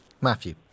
Matthew